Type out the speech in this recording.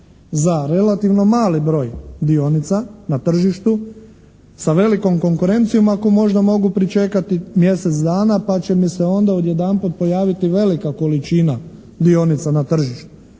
za relativno mali broj dionica na tržištu sa velikom konkurencijom, ako možda mogu pričekati mjesec dana pa će mi se onda odjedanput pojaviti velika količina na tržištu.